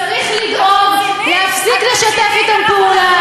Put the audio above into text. וצריך לדאוג להפסיק לשתף אתם פעולה.